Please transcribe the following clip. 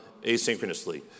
asynchronously